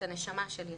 את הנשמה שלי,